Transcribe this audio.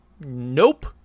Nope